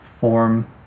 form